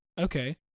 Okay